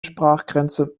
sprachgrenze